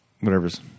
whatever's